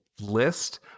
list